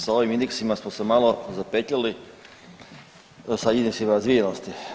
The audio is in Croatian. Sa ovim indeksima smo se malo zapetljali sa indeksima razvijenosti.